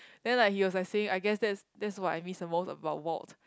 then like he was like saying I guess that's that's what I miss among about watt